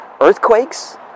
earthquakes